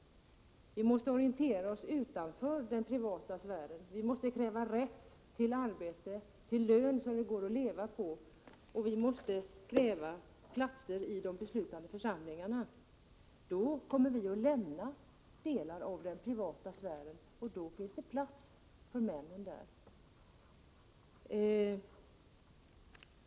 Vi måste orientera oss utanför den privata sfären. Vi måste kräva rätt till arbete och rätt till en lön som går att leva på, vi måste även kräva platser i de beslutande församlingarna. Då kommer vi att lämna delar av den privata sfären, och då finns det plats för männen där.